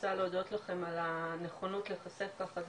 רוצה להודות לכם על הנכונות להיחשף ככה,